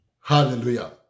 hallelujah